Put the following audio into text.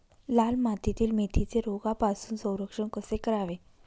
लाल मातीतील मेथीचे रोगापासून संरक्षण कसे करावे?